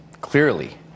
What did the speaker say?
clearly